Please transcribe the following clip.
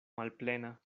malplena